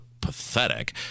pathetic